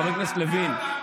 חבר הכנסת לוין,